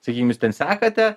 sakykim jūs ten sekate